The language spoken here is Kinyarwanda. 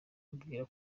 mubwira